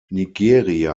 nigeria